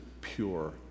pure